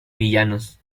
villanos